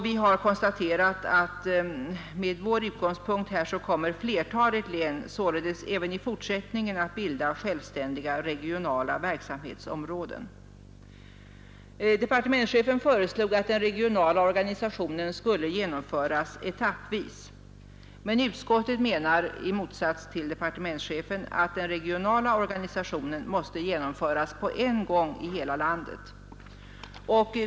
Vi har konstaterat att med vår utgångspunkt kommer flertalet län således även i fortsättningen att bilda självständiga regionala verksamhetsområden. Vi menar att riksdagen bör underställas frågan om den regionala indelningsändringen.